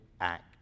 act